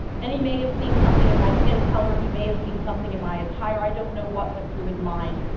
and he may have seen something in my skin color, he may have seen something in my attire i don't know what went through his mind.